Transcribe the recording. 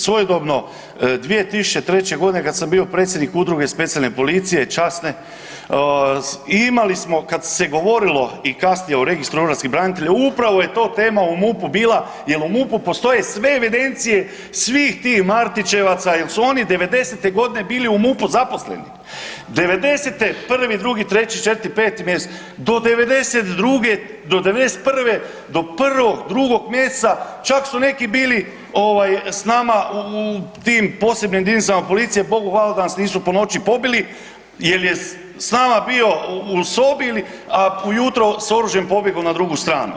Svojedobno 2003. godine kad sam bio predsjednik Udruge specijalne policije, časne imali smo kad se govorilo i kasnije o registru hrvatskih branitelja upravo je to tema u MUP-u bila jer u MUP-u postoje sve evidencije svih tih Martićevaca jer su oni '90.-te godine bili u MUP-u zaposleni. '90.-te 1., 2., 3., 4. i 5. mjesec do '92., do '91. do 1., 2. mjeseca čak su neki bili ovaj s nama u tim posebnim jedinicama policije, Bogu hvala da nas nisu ponoći pobili jer je s nama bio u sobi, a ujutro s oružjem pobjegao na drugu stranu.